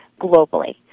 globally